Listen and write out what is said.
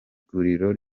guriro